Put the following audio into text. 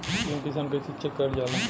PM Kisan कइसे check करल जाला?